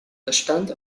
bestand